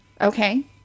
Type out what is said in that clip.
Okay